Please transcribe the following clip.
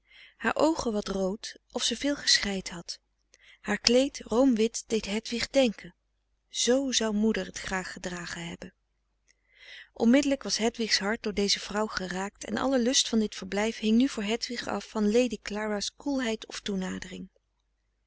haar oogen wat rood of ze veel geschreid had haar kleed room wit deed hedwig denken z zou moeder t graag gedragen hebben onmiddelijk was hedwigs hart door deze vrouw geraakt en alle lust van dit verblijf hing nu voor hedwig af van lady clara's koelheid of toenadering